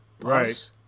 Right